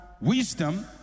wisdom